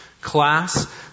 class